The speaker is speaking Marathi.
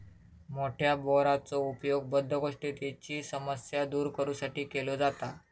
मोठ्या बोराचो उपयोग बद्धकोष्ठतेची समस्या दूर करू साठी केलो जाता